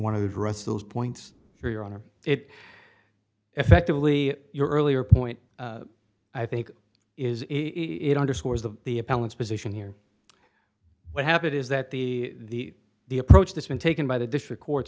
want to address those points your honor it effectively your earlier point i think is it underscores the the appellant's position here what happened is that the the approach this been taken by the district courts